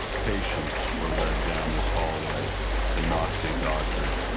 patients were led down this hallway to nazi doctors,